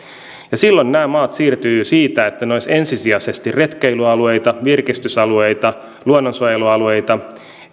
ja silloin nämä maat siirtyvät siitä että ne olisivat ensisijaisesti retkeilyalueita virkistysalueita luonnonsuojelualueita